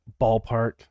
ballpark